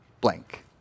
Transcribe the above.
blank